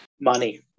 Money